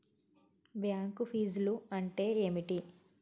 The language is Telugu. బ్యాంక్ ఫీజ్లు అంటే ఏమిటి?